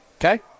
Okay